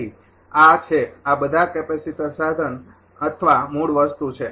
તેથી આ છે આ બધા કેપેસિટર સાધન અથવા મૂળ વસ્તુ છે